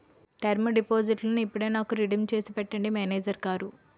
term డిపాజిట్టును ఇప్పుడే నాకు రిడీమ్ చేసి పెట్టండి మేనేజరు గారు